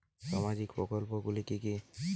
সামাজিক প্রকল্প গুলি কি কি?